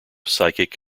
psychic